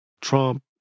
Trump